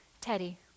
Teddy